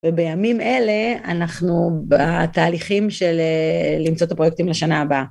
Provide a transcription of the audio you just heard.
ובימים אלה אנחנו בתהליכים של למצוא את הפרויקטים לשנה הבאה.